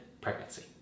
pregnancy